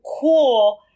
cool